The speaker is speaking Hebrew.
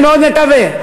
אני מאוד מקווה,